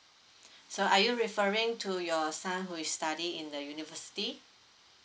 so are you referring to your son who is study in the university